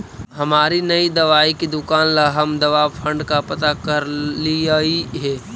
हमारी नई दवाई की दुकान ला हम दवा फण्ड का पता करलियई हे